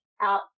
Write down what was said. out